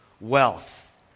wealth